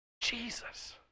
Jesus